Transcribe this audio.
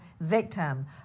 victim